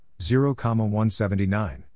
0,179